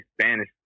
Spanish